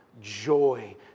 joy